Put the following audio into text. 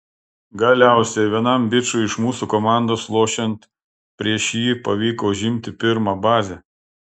galiausiai vienam bičui iš mūsų komandos lošiant prieš jį pavyko užimti pirmą bazę